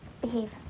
Behave